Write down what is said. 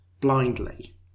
blindly